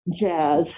jazz